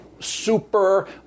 super